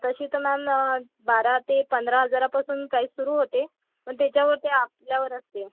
तशी तर मॅम न बारा ते पंधरा हजारापासून प्राइस सुरू होते पण त्याच्यावर ते आपल्यावर असते